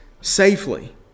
safely